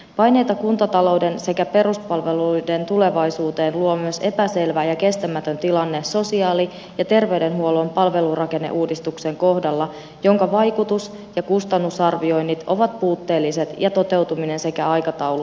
paineita kuntatalouden sekä peruspalveluiden tulevaisuuteen luo myös sosiaali ja terveydenhuollon palvelurakenneuudistuksen epäselvä ja kestämätön tilanne jonka vaikutus ja kustannusarvioinnit ovat puutteelliset ja toteutuminen sekä aikataulu hyvin epävarma